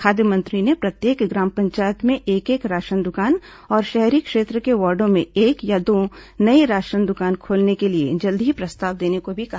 खाद्य मंत्री ने प्रत्येक ग्राम पंचायत में एक एक राशन दुकान और शहरी क्षेत्रों के वार्डो में एक या दो नई राशन दुकान खोलने के लिए जल्द ही प्रस्ताव देने को भी कहा